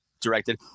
directed